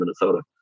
minnesota